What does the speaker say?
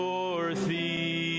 Dorothy